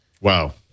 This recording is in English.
Wow